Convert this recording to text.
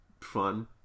fun